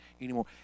anymore